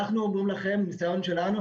אנחנו אומרים לכם מניסיון שלנו,